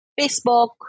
Facebook